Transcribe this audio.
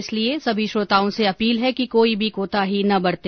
इसलिए सभी श्रोताओं से अपील है कि कोई भी कोताही न बरते